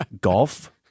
Golf